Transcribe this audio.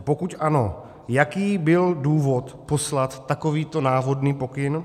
Pokud ano, jaký byl důvod poslat takovýto návodný pokyn?